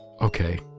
Okay